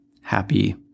happy